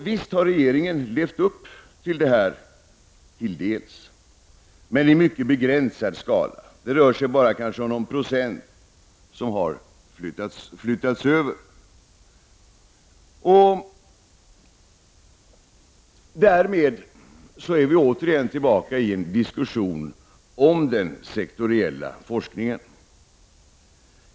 Visst har regeringen till dels levt upp till detta, men i mycket begränsad skala. De medel som har flyttats över rör sig om kanske bara någon procent. Därmed är vi återigen tillbaka till diskussionen om den sektoriella forskningen.